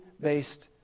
based